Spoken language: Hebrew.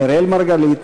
אראל מרגלית,